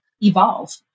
evolve